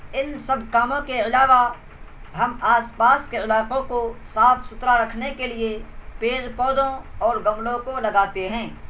ان سب کاموں کے علاوہ ہم آس پاس کے علاقوں کو صاف ستھرا رکھنے کے لیے پیڑ پودوں اور گملوں کو لگاتے ہیں